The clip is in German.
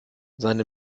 seine